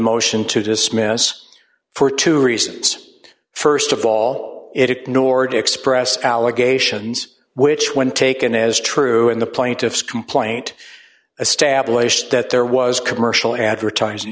motion to dismiss for two reasons st of all it ignored express allegations which when taken as true in the plaintiff's complaint a stablished that there was commercial advertising